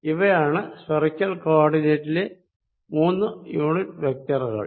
ഇവയാണ് സ്ഫറിക്കൽ കോ ഓർഡിനേറ്റിലെ മൂന്നു യൂണിറ്റ് വെക്റ്ററുകൾ